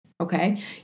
okay